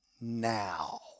now